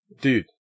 Dude